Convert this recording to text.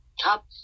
top